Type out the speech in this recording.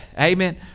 Amen